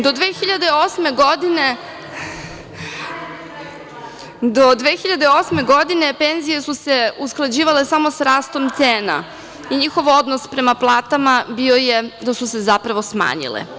Do 2008. godine penzije su se usklađivale samo sa rastom cena i njihov odnos prema platama bio je da su se zapravo smanjile. (Nataša Sp.